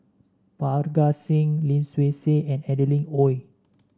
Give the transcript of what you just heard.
Parga Singh Lim Swee Say and Adeline Ooi